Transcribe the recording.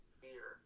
fear